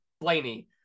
Blaney